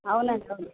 అవునండి అవును